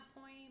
point